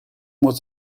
was